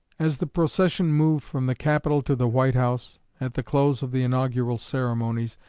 as the procession moved from the capitol to the white house, at the close of the inaugural ceremonies,